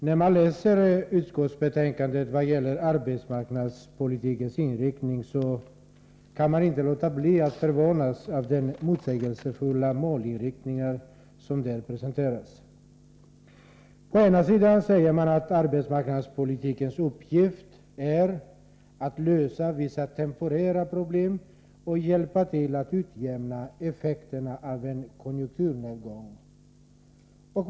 Fru talman! När jag läser utskottsbetänkandet om arbetsmarknadspolitikens inriktning kan jag inte låta bli att förvånas över den motsägelsefulla målinriktning som där presenteras. Å ena sidan framhålls att arbetsmarknadspolitikens uppgift är att lösa vissa temporära problem och hjälpa till att utjämna effekterna av en konjunkturnedgång.